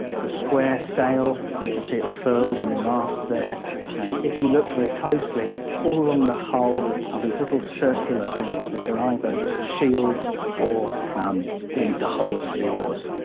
the square sail you can see it furled on the mast there and if you look very closely all along the hull are these little circular things, which are either shields or the the holes for the oars.